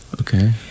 Okay